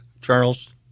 Charles